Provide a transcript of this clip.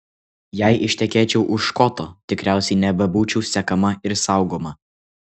jei ištekėčiau už škoto tikriausiai nebebūčiau sekama ir saugoma